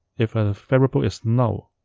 if a variable is null,